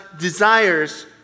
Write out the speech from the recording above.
desires